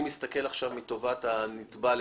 אני מסתכל על טובת הנתבע.